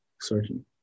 searching